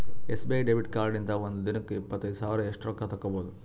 SBI debit ಕಾರ್ಡ್ಲಿಂತ ಒಂದ್ ದಿನಕ್ಕ ಇಪ್ಪತ್ತೈದು ಸಾವಿರ ಅಷ್ಟೇ ರೊಕ್ಕಾ ತಕ್ಕೊಭೌದು